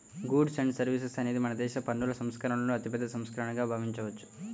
goods and services అనేది మనదేశ పన్నుల సంస్కరణలలో అతిపెద్ద సంస్కరణగా భావించవచ్చు